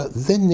the